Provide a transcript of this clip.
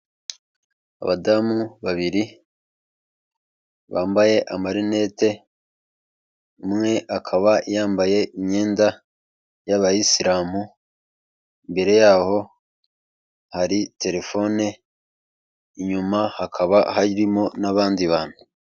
Abadamu babiri bambaye amarinete, umwe akaba yambaye imyenda y'abayisiramu, imbere yaho hari telefone, inyuma hakaba harimo n'abandi bantu.